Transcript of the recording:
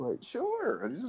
Sure